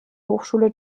hochschule